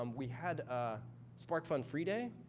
um we had a sparkfun free day.